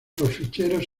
ficheros